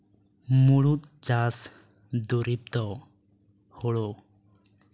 ᱢᱩᱲᱩᱫ ᱪᱟᱥ ᱫᱩᱨᱤᱵᱽ ᱫᱚ ᱦᱳᱲᱳ